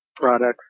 products